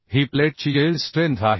ही प्लेटची yield strength आहे